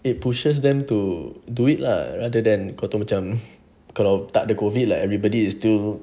it pushes them to do it lah rather than kau tahu macam kalau tak ada COVID like everybody is still